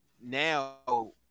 now